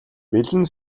бэлэн